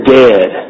dead